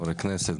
חברי כנסת,